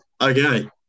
okay